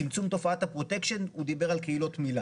צמצום תופעת הפרוטקשן, הוא דיבר על קהילות ---.